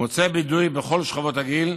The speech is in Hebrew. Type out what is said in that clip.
המוצא ביטוי בכל שכבות הגיל,